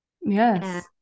Yes